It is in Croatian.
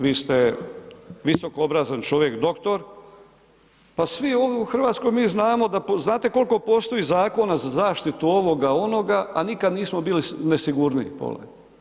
Vi ste visokoobrazovan čovjek doktor, pa svi ovdje u Hrvatskoj mi znamo, znate koliko postoji zakona za zaštitu ovoga onoga, a nikad nismo bili nesigurniji, pola.